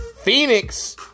Phoenix